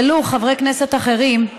שהעלו חברי כנסת אחרים,